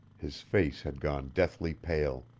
his face had gone deathly pale.